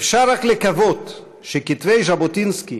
אפשר רק לקוות שכתבי ז'בוטינסקי,